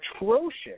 atrocious